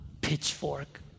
pitchfork